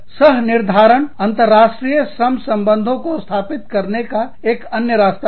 सह निर्धारणअंतरराष्ट्रीय श्रम संबंधों को स्थापित करने का एक अन्य रास्ता है